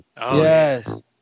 Yes